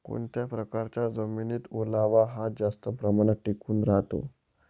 कोणत्या प्रकारच्या जमिनीत ओलावा हा जास्त प्रमाणात टिकून राहतो?